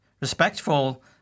respectful